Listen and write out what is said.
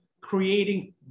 creating